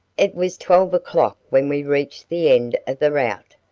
it was twelve o'clock when we reached the end of the route,